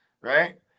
right